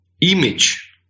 image